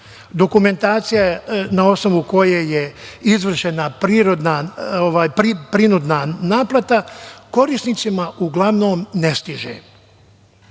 Dokumentacija na osnovu koje je izvršena prinudna naplata korisnicima uglavnom ne stiže.